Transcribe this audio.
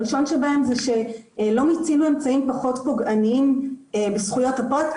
הראשון שבהם זה שלא מיצינו אמצעים פחות פוגעניים בזכויות הפרט,